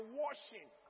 washing